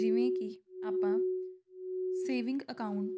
ਜਿਵੇਂ ਕਿ ਆਪਾਂ ਸੇਵਿੰਗ ਅਕਾਊਂਟ